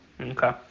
Okay